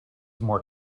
more